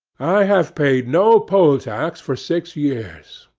i have paid no poll tax for six years.